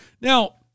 Now